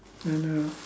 I know